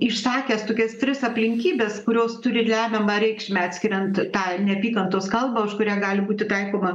išsakęs tokias tris aplinkybes kurios turi lemiamą reikšmę atskiriant tą neapykantos kalbą už kurią gali būti taikoma